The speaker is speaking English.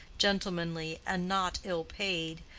gentlemanly, and not ill-paid,